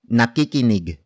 nakikinig